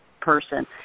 person